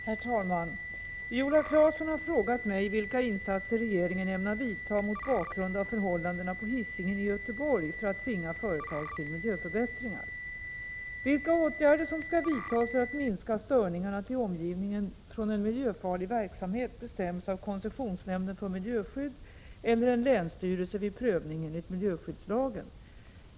Herr talman! Viola Claesson har frågat mig vilka insatser regeringen ämnar vidta, mot bakgrund av förhållandena på Hisingen i Göteborg, för att tvinga företag till miljöförbättringar. Vilka åtgärder som skall vidtas för att minska störningarna till omgivningen från en miljöfarlig verksamhet bestäms av koncessionsnämnden för miljöskydd eller en länsstyrelse vid prövning enligt miljöskyddslagen.